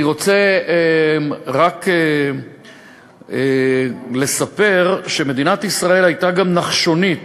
אני רוצה רק לספר שמדינת ישראל הייתה נחשונית